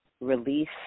release